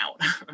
out